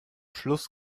schluss